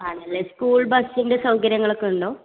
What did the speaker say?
ആണല്ലേ സ്കൂൾ ബസിൻ്റെ സൗകര്യങ്ങൾ ഒക്കെ ഉണ്ടോ